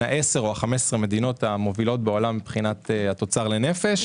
ה-10 או ה-15 מדינות המובילות בעולם מבחינת התוצר לנפש.